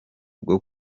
bwo